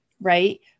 right